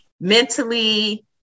mentally